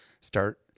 start